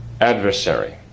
adversary